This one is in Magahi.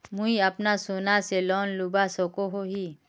मुई अपना सोना से लोन लुबा सकोहो ही?